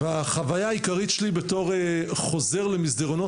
והחוויה העיקרית שלי בתור חוזר למסדרונות